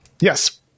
Yes